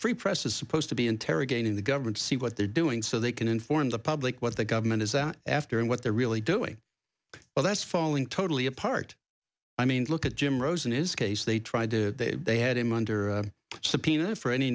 free press is supposed to be interrogating the government to see what they're doing so they can inform the public what the government is out after and what they're really doing well that's falling totally apart i mean look at jim rosen is case they tried to they had him under subpoena for any